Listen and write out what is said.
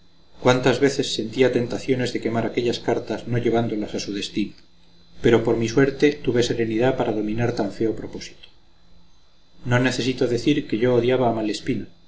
cuántas veces sentía tentaciones de quemar aquellas cartas no llevándolas a su destino pero por mi suerte tuve serenidad para dominar tan feo propósito no necesito decir que yo odiaba a malespina